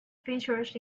features